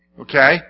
Okay